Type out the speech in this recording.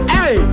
Hey